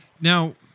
Now